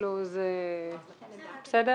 בסדר?